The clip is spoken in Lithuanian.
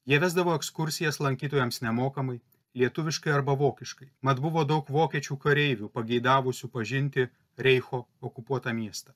jie vesdavo ekskursijas lankytojams nemokamai lietuviškai arba vokiškai mat buvo daug vokiečių kareivių pageidavusių pažinti reicho okupuotą miestą